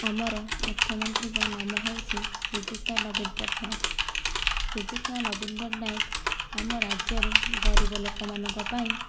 ଆମର ମୁଖ୍ୟମନ୍ତ୍ରୀଙ୍କ ନାମ ହେଉଛି ଶ୍ରୀଯୁକ୍ତ ନବୀନ ପଟ୍ଟନାୟକ ଶ୍ରୀଯୁକ୍ତ ନବୀନ ପଟ୍ଟନାୟକ ଆମ ରାଜ୍ୟରେ ଗରିବ ଲୋକମାନଙ୍କ ପାଇଁ